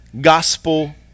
gospel